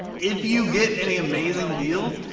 if you get any amazing deals,